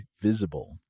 Visible